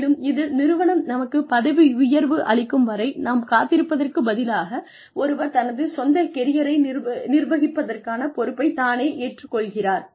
மேலும் இதில் நிறுவனம் நமக்குப் பதவி உயர்வு அளிக்கும் வரை நாம் காத்திருப்பதற்குப் பதிலாக ஒருவர் தனது சொந்த கெரியரை நிர்வகிப்பதற்கான பொறுப்பைத் தானே ஏற்றுக்கொள்கிறார்